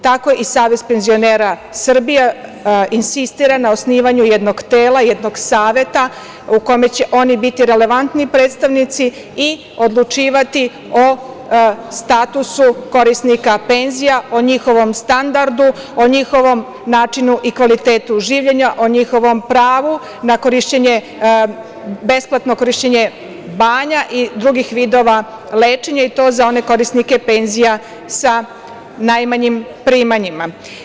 Tako i Savez penzionera Srbije insistira na osnivanju jednog tela, jednog saveta u kome će oni biti relevantni predstavnici i odlučivati o statusu korisnika penzija, o njihovom standardu, o njihovom načinu i kvalitetu življenja, o njihovom pravu na besplatno korišćenje banja i drugih vidova lečenja, i to za one korisnike penzija sa najmanjim primanjima.